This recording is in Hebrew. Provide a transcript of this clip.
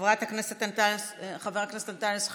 חבר הכנסת אנטאנס שחאדה,